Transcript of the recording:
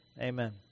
amen